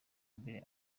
mbere